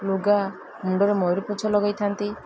ଲୁଗା ମୁଣ୍ଡରେ ମୟୂରପୁଚ୍ଛ ଲଗେଇଥାନ୍ତି